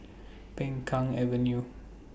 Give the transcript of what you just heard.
Peng Kang Avenue